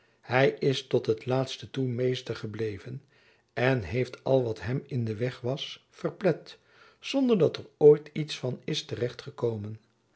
hy is tot het laatste toe meester gebleven en heeft al wat hem in den weg was verplet zonder dat er ooit iets van is